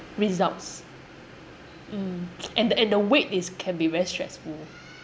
results mm and the and the wait is can be very stressful